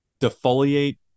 defoliate